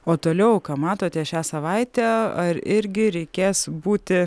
o toliau ką matote šią savaitę ar irgi reikės būti